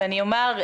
ואני אומר,